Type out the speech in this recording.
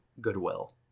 goodwill